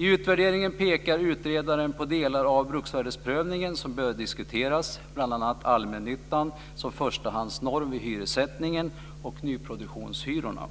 I utvärderingen pekar utredaren på att delar av bruksvärdesprövningen behöver diskuteras. Det gäller bl.a. allmännyttan som förstahandsnorm vid hyressättningen och vid nyproduktionshyrorna.